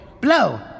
Blow